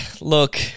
look